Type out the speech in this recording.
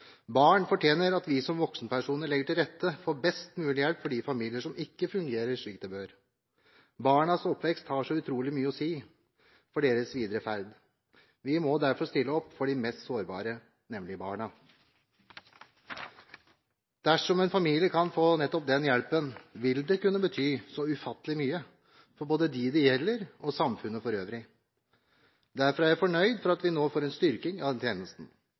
Barn fortjener at vi som voksenpersoner legger til rette for best mulig hjelp for de familier som ikke fungerer slik de bør. Barnas oppvekst har så utrolig mye å si for deres videre ferd. Vi må derfor stille opp for de mest sårbare, nemlig barna. Dersom en familie kan få nettopp den hjelpen, vil det kunne bety så ufattelig mye for både dem det gjelder og samfunnet for øvrig. Derfor er jeg fornøyd med at vi nå får en styrking av denne tjenesten.